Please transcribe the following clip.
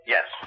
Yes